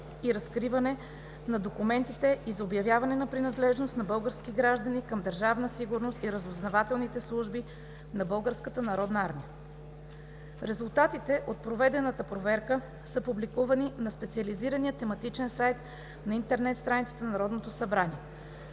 и разкриване на документите и за обявяване на принадлежност на български граждани към Държавна сигурност и Разузнавателните служби на Българската народна армия. Резултатите от проверката са публикувани на специализирания тематичен сайт на интернет страницата на Народното събрание.